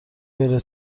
بره